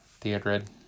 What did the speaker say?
Theodred